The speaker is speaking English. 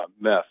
meth